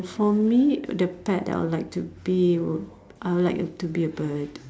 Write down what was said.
for me the pet that I'll like to be would I'll like to be a bird